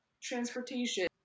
transportation